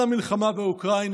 על המלחמה באוקראינה.